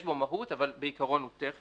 יש בו מהות, אבל בעיקרון הוא טכני.